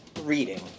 reading